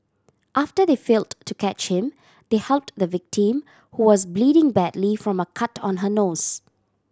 after they failed to catch him they helped the victim who was bleeding badly from a cut on her nose